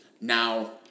Now